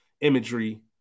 imagery